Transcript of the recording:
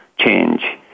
change